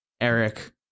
Eric